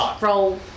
Roll